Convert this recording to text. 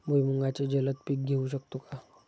भुईमुगाचे जलद पीक घेऊ शकतो का?